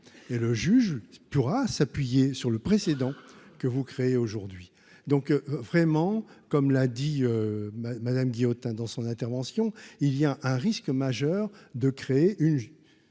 et le juge pourra s'appuyer sur le précédent que vous créez aujourd'hui donc, vraiment, comme l'a dit Madame Guillotin dans son intervention, il y a un risque majeur de créer une je